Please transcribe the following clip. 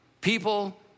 people